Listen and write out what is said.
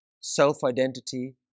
self-identity